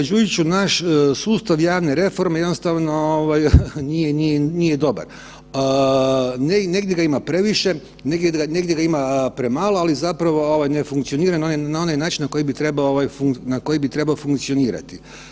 Kolega Đujiću, naš sustav javne reforme jednostavno nije dobar, negdje ga ima previše, negdje ga ima premalo, ali zapravo ne funkcionira na onaj način na koji bi trebao funkcionirati.